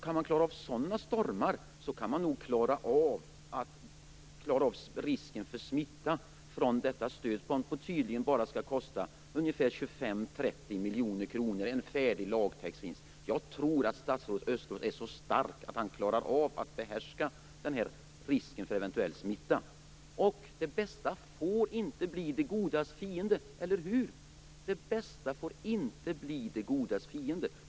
Kan man klara av sådana stormar, kan man nog klara av risken för smitta från detta stöd som tydligen bara kostar 25-30 miljoner kronor. Dessutom finns det en färdig lagtext. Jag tror att statsrådet Östros är så stark att han klarar av att behärska risken för eventuell smitta. Och det bästa får inte bli det godas fiende, eller hur?